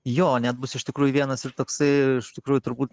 jo net bus iš tikrųjų vienas ir toksai iš tikrųjų turbūt